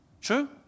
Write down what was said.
True